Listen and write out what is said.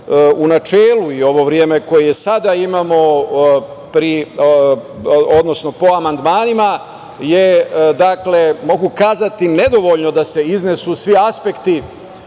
u načelu i ovo vreme koje sada imamo po amandmanima je, mogu kazati, nedovoljno da se iznesu svi aspekti